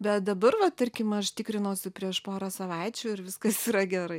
bet dabar va tarkim aš tikrinausi prieš porą savaičių ir viskas yra gerai